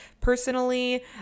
Personally